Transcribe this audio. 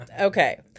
Okay